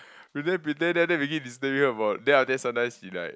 pretend pretend then after that we keep disturbing her about then after that sometimes she like